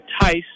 Tice